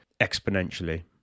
exponentially